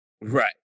Right